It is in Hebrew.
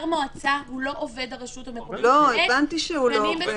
מועצה הוא לא עובד הרשות המקומית למעט תקנים בשכר,